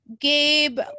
Gabe